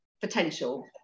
potential